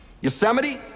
Yosemite